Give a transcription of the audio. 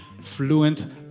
fluent